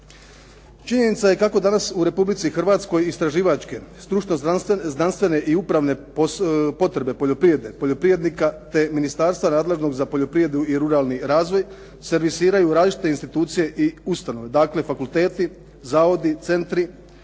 Činjenica je kako danas u Republici Hrvatskoj istraživačke, stručno-znanstvene i upravne potrebe poljoprivrednika te ministarstva nadležnog za poljoprivredu i ruralni razvoj servisiraju različite institucije i ustanove. Dakle, fakulteti, zavodi, centri,